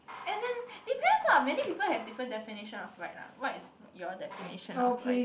as in depends lah many people have different definition of right lah what if your definition of right